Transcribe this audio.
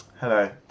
Hello